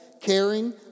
caring